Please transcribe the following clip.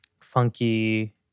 Funky